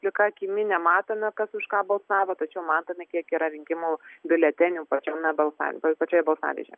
vistiek plika akimi nematome kas už ką balsavo tačiau matome kiek yra rinkimų biuletenių pačiame balsavimo pačioje balsadėžėje